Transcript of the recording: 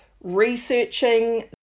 researching